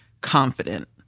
confident